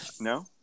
No